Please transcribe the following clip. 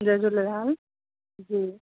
जय Jhulelal हूं